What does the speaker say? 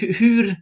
hur